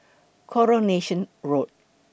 Coronation Road